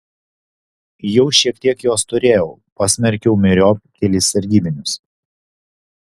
jau šiek tiek jos turėjau pasmerkiau myriop kelis sargybinius